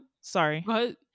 Sorry